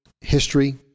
history